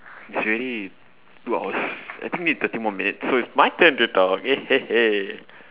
it's already two hours I think need thirty more minutes so it's my turn to talk